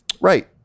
Right